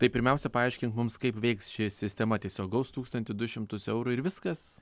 tai pirmiausia paaiškink mums kaip veiks ši sistema tiesiog gaus tūkstantį du šimtus eurų ir viskas